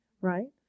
right